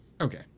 okay